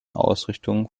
ausrichtung